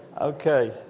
okay